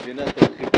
היא מבינה את הדחיפות.